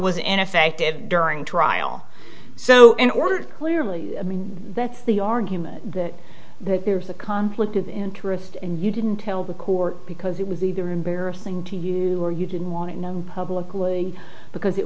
was ineffective during trial so in order to clearly i mean that's the argument that there's a conflict of interest and you didn't tell the court because it was either embarrassing to you or you didn't want it known publicly because it